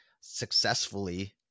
successfully